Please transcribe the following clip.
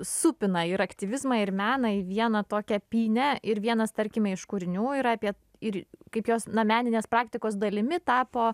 supina ir aktyvizmą ir meną į vieną tokią pynę ir vienas tarkime iš kūrinių yra apie ir kaip jos na meninės praktikos dalimi tapo